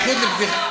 לבחירות.